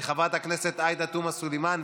גם חברת הכנסת עאידה תומא סלימאן,